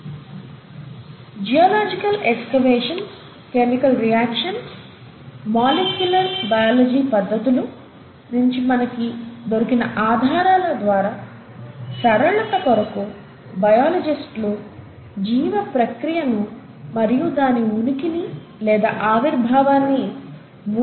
Refer slide time 0755 geological excavations chemical reactions molecular biology పద్ధతులు నించి మనకు దొరికన ఆధారాల ద్వారా సరళత కొరకు బయాలజిస్టులు జీవ ప్రక్రియను మరియు దాని ఉనికిని లేదా ఆవిర్భావాన్ని మూడు దశల్లో విభజించారు